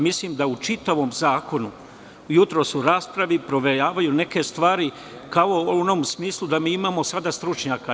Mislim da u čitavom zakonu i jutros u raspravi provejavaju neke stvari, kao u onom smislu da mi imamo sada stručnjake.